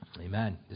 Amen